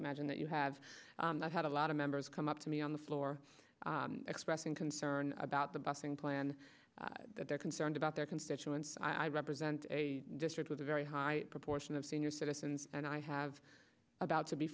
imagine that you have had a lot of members come up to me on the floor expressing concern about the bussing plan that they're concerned about their constituents i represent a district with a very high proportion of senior citizens and i have about to be